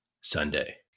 Sunday